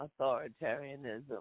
authoritarianism